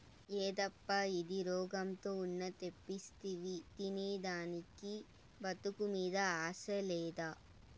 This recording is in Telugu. యేదప్పా ఇది, రోగంతో ఉన్న తెప్పిస్తివి తినేదానికి బతుకు మీద ఆశ లేదా